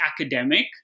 academic